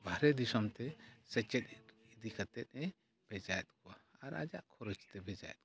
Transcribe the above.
ᱵᱟᱦᱨᱮ ᱫᱤᱥᱚᱢᱛᱮ ᱥᱮᱪᱮᱫ ᱤᱫᱤ ᱠᱟᱛᱮᱫᱼᱮ ᱵᱷᱮᱡᱟᱭᱮᱫ ᱠᱚᱣᱟ ᱟᱨ ᱟᱭᱟᱜ ᱠᱷᱚᱨᱚᱪᱛᱮ ᱵᱷᱮᱡᱟᱭᱮᱫ ᱠᱚᱣᱟᱭ